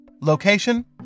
Location